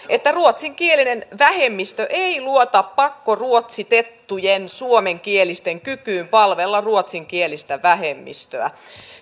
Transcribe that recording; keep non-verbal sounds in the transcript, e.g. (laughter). (unintelligible) että ruotsinkielinen vähemmistö ei luota pakkoruotsitettujen suomenkielisten kykyyn palvella ruotsinkielistä vähemmistöä